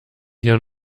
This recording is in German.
hier